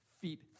feet